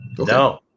No